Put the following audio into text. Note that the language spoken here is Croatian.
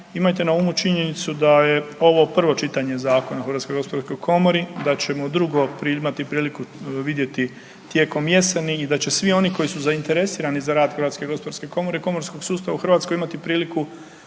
imajte na umu činjenicu da je ovo prvo čitanje Zakona o HGK, da ćemo drugo imati priliku vidjeti tijekom jeseni i da će svi oni koji su zainteresirani za rad HGK, komorskog sustava u Hrvatskoj imati priliku